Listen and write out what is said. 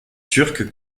turque